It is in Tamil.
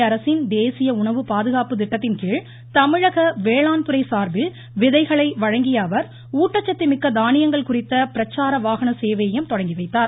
மத்திய அரசின் தேசிய உணவு பாதுகாப்பு திட்டத்தின்கீழ் தமிழக வேளாண் துறை சார்பில் விதைகளை வழங்கிய அவர் ஊட்டசத்து மிக்க தானியங்கள் குறித்த பிரச்சார வாகன சேவையையும் தொடங்கி வைத்தார்